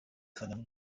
可能